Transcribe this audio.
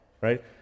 right